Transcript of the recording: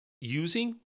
using